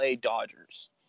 Dodgers